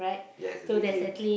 yes it's a game